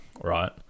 right